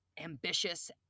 ambitious